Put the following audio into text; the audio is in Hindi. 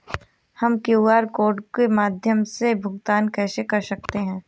हम क्यू.आर कोड के माध्यम से भुगतान कैसे कर सकते हैं?